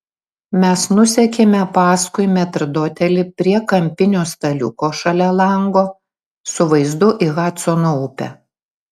mes nusekėme paskui metrdotelį prie kampinio staliuko šalia lango su vaizdu į hadsono upę